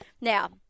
Now